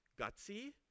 gutsy